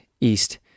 east